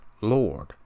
Lord